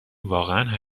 واقعا